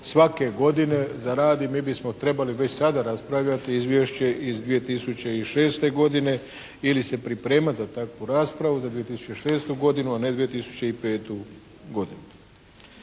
svake godine za rad i mi bismo trebali već sada raspravljati izvješće iz 2006. godine ili se pripremati za takvu raspravu za 2006. godinu a ne 2005. godinu.